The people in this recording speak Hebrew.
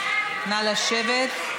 נא לשבת.